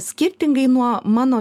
skirtingai nuo mano